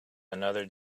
another